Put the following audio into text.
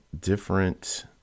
different